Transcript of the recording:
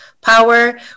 power